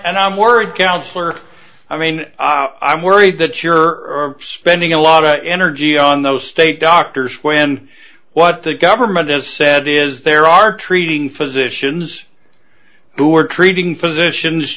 and i'm worried counsellor i mean i'm worried that you're spending a lot of energy on those state doctors when what the government has said is there are treating physicians who are treating physicians